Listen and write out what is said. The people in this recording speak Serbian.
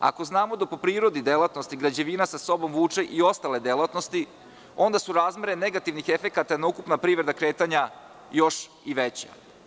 Ako znamo, da po prirodi delatnosti građevina sa sobom vuče i ostale delatnosti, onda su razmere negativnih efekata na ukupna privredna kretanja još i veća.